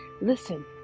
listen